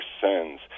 sins